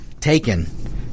taken